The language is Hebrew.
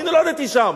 אני נולדתי שם.